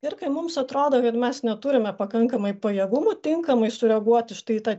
ir kai mums atrodo kad mes neturime pakankamai pajėgumų tinkamai sureaguoti štai į tą